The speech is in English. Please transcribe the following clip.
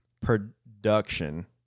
production